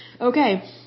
Okay